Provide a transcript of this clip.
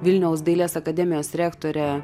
vilniaus dailės akademijos rektore